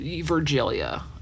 Virgilia